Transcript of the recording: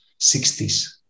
60s